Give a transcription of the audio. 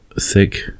Thick